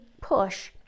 push